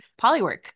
Polywork